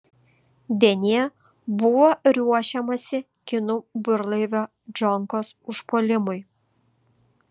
denyje buvo ruošiamasi kinų burlaivio džonkos užpuolimui